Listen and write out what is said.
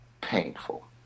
painful